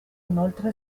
inoltre